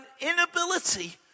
inability